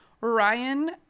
Ryan